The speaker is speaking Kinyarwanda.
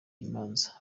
imanza